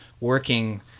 working